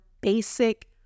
basic